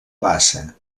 bassa